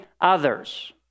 others